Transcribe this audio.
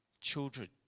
Children